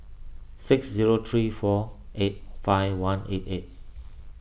six zero three four eight five one eight eight